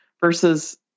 versus